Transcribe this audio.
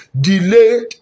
delayed